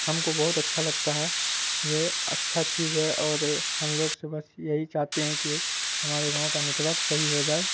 ہم کو بہت اچھا لگتا ہے یہ اچھا چیز ہے اور ہم لوگ سے بس یہی چاہتے ہیں کہ ہمارے گاؤں کا نیٹورک صحیح ہو جائے